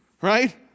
right